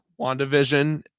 WandaVision